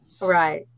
Right